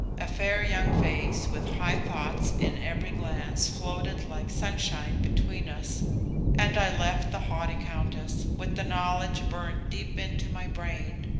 a fair young face with high thoughts in every glance floated like sunshine between us and i left the haughty countess, with the knowledge burned deep into my brain,